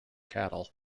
cattle